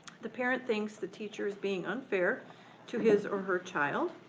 the parent thinks the teacher is being unfair to his or her child.